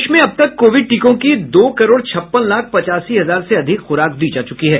देश में अब तक कोविड टीकों की दो करोड़ छप्पन लाख पचासी हजार से अधिक खुराक दी जा चुकी है